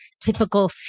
typical